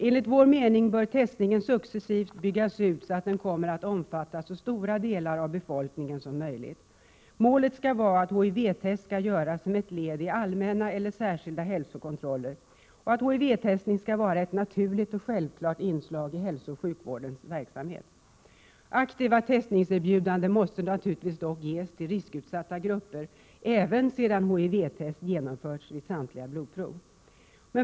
Enligt vår mening bör testningen successivt byggas ut för att kunna omfatta så stora delar av befolkningen som möjligt. Målet skall vara att HIV-test skall göras som ett led i allmänna eller särskilda hälsokontroller och att HIV-testning skall vara ett naturligt och självklart inslag i hälsooch sjukvårdens verksamhet. Aktiva testningserbjudanden måste naturligtvis ges till riskutsatta grupper även sedan HIV-test genomförts i samtliga blodprov.